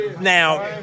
now